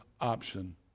option